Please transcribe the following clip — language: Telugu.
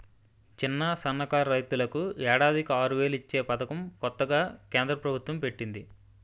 చిన్న, సన్నకారు రైతులకు ఏడాదికి ఆరువేలు ఇచ్చే పదకం కొత్తగా కేంద్ర ప్రబుత్వం పెట్టింది